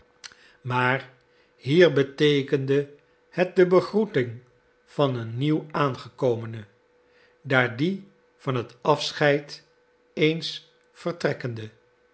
maar hier beteekende het de begroeting van een nieuw aangekomene daar die van het afscheid eens vertrekkenden